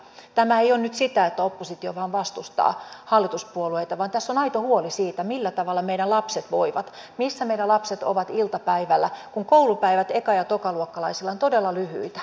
tämä ei ole nyt sitä että oppositio vain vastustaa hallituspuolueita vaan tässä on aito huoli siitä millä tavalla meidän lapsemme voivat missä meidän lapsemme ovat iltapäivällä kun koulupäivät eka ja tokaluokkalaisilla ovat todella lyhyitä